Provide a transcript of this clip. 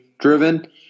driven